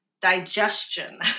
digestion